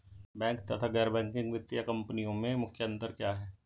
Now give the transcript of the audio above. Bank तथा गैर banking वित्तीय कंपनियों में मुख्य अंतर क्या है?